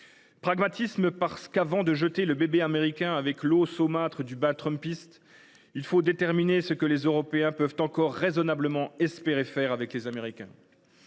Pragmatisme, car, avant de jeter le bébé américain avec l’eau saumâtre du bain trumpiste, il faut déterminer ce que les Européens peuvent encore raisonnablement espérer faire avec les Américains.